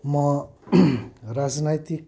म राजनैतिक